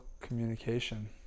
communication